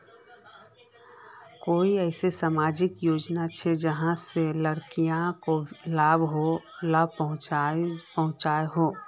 कोई ऐसा सामाजिक योजना छे जाहां से लड़किक लाभ पहुँचो हो?